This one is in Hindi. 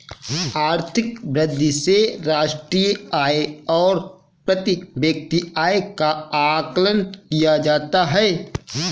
आर्थिक वृद्धि से राष्ट्रीय आय और प्रति व्यक्ति आय का आकलन किया जाता है